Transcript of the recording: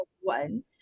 one